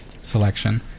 selection